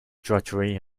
drudgery